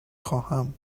خواهم